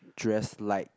dress light